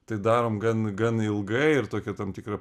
tai darom gan gan ilgai ir tokį tam tikrą